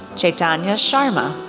chetanya sharma,